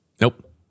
Nope